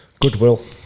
goodwill